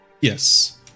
Yes